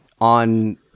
on